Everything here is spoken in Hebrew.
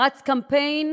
רץ קמפיין